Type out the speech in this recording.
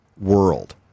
world